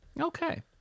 Okay